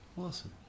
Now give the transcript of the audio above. Awesome